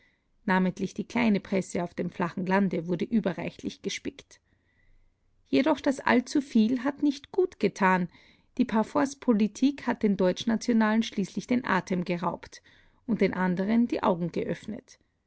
namentlich die kleine presse auf dem flachen lande wurde überreichlich gespickt jedoch das allzuviel hat nicht gut getan die parforcepolitik hat den deutschnationalen schließlich den atem geraubt und den anderen die augen geöffnet